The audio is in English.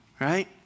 Right